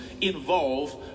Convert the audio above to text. involve